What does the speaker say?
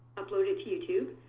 upload it to youtube.